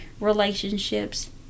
relationships